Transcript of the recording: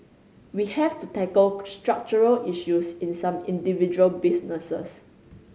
we have to tackle structural issues in some individual businesses